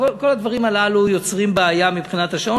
כל הדברים הללו יוצרים בעיה מבחינת השעון,